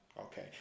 okay